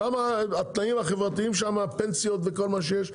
שם התנאים החברתיים, הפנסיות וכל מה שיש,